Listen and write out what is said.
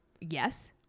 Yes